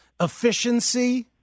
efficiency